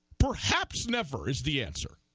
perhaps never is the answer